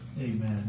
Amen